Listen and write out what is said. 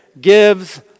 gives